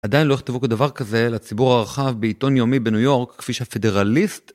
עדיין לא יכתבו כדבר כזה לציבור הרחב בעיתון יומי בניו יורק כפי שהפדרליסט